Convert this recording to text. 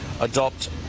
adopt